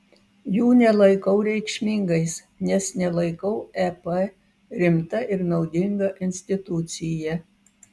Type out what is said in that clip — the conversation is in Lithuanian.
jų nelaikau reikšmingais nes nelaikau ep rimta ir naudinga institucija